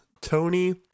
Tony